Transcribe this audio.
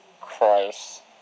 Christ